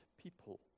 people